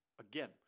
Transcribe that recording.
again